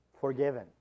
Forgiven